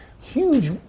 huge